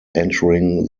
entering